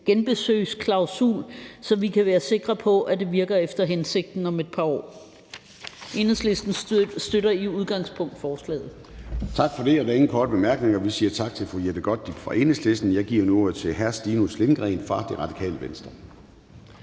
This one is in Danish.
genbesøgsklausul, så vi kan være sikre på, at det virker efter hensigten om et par år. Enhedslisten støtter i udgangspunktet forslaget. Kl. 10:16 Formanden (Søren Gade): Tak for det. Der er ingen korte bemærkninger. Vi siger tak til fru Jette Gottlieb fra Enhedslisten. Jeg giver nu ordet til hr. Stinus Lindgreen fra Radikale Venstre.